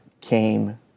came